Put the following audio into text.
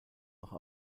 auch